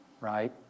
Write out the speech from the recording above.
right